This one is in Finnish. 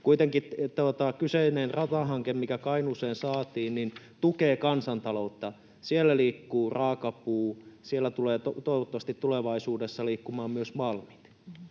Kuitenkin tämä kyseinen ratahanke, mikä Kainuuseen saatiin, tukee kansantaloutta — siellä liikkuu raakapuu, siellä tulevat tulevaisuudessa toivottavasti liikkumaan myös malmit